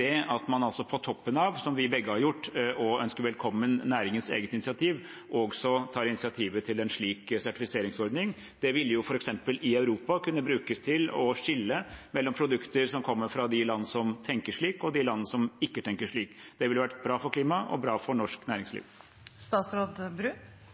at man på toppen av – som vi begge har gjort – å ønske velkommen næringens eget initiativ, også tar initiativet til en slik sertifiseringsordning? Det ville jo f.eks. i Europa kunne brukes til å skille mellom produkter som kommer fra de land som tenker slik, og de land som ikke tenker slik. Det ville vært bra for klimaet og bra for norsk